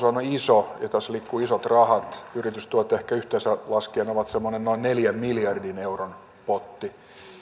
on iso ja tässä liikkuu isot rahat yritystuet ehkä yhteensä laskien ovat semmoinen noin neljän miljardin euron potti